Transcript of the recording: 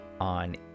on